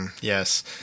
Yes